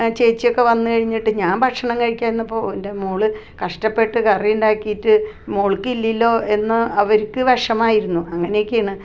ചേച്ചിയൊക്കെ വന്ന് കഴിഞ്ഞിട്ട് ഞാൻ ഭക്ഷണം കഴിക്കാൻ ഇരുന്നപ്പോൾ ഓ എൻ്റെ മോൾ കഷ്ടപ്പെട്ട് കറിയുണ്ടാക്കിയിട്ട് മോൾക്കില്ലല്ലോ എന്ന് അവർക്ക് വിഷമമായിരുന്നു അങ്ങനെയൊക്കെയാണ്